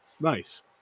Nice